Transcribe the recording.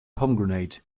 pomegranate